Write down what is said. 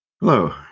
Hello